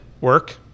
Work